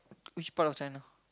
which part of China